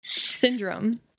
syndrome